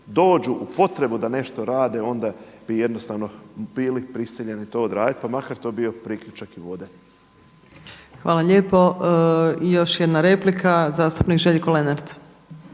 dođu u potrebu da nešto rade onda bi jednostavno bili prisiljeni to odraditi pa makar to bio priključak i vode. **Opačić, Milanka (SDP)** Hvala lijepo. Još jedna replika, zastupnik Željko Lenart.